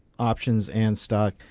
options and stocks.